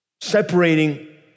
separating